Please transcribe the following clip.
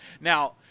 Now